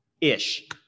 ish